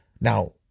Now